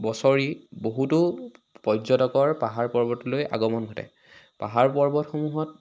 বছৰি বহুতো পৰ্যটকৰ পাহাৰ পৰ্বতলৈ আগমন ঘটে পাহাৰ পৰ্বতসমূহত